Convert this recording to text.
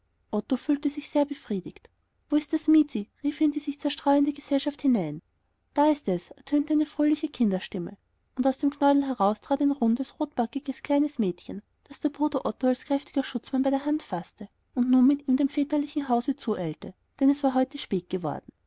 fühlte sich sehr befriedigt wo ist das miezi rief er in die sich zerstreuende gesellschaft hinein da ist es ertönte eine fröhliche kinderstimme und aus dem knäuel heraus trat ein rundes rotbackiges kleines mädchen das der bruder otto als kräftiger schutzmann bei der hand faßte und nun mit ihm dem väterlichen hause zueilte denn es war heute spät geworden